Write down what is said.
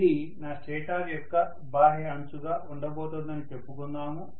ఇది నా స్టేటార్ యొక్క బాహ్య అంచుగా ఉండబోతోందని చెప్పుకుందాము